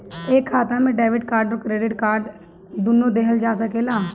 एक खाता से डेबिट कार्ड और क्रेडिट कार्ड दुनु लेहल जा सकेला?